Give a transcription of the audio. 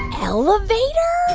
elevator?